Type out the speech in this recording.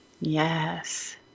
yes